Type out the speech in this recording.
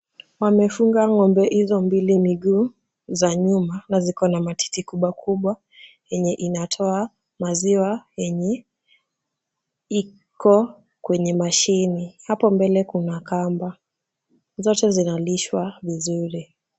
Wamefunga ng'ombe hizo mbili miguu za nyuma, na ziko na matiti kubwa kubwa yenye inatoa maziwa yenye iko kwenye mashini. Hapo mbele kuna kamba. Zote zinalishwa vizuri.